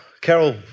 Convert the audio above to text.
Carol